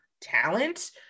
talent